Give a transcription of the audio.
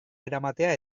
eramatea